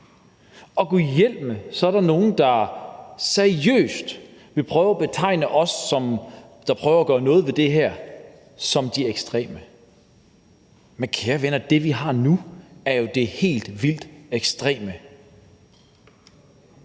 er gudhjælpemig nogle, der seriøst vil prøve at betegne os, der prøver at gøre noget ved det her, som de ekstreme. Men kære venner, det, som vi har nu, er jo det helt vildt ekstreme,